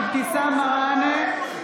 אבתיסאם מראענה,